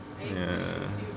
ya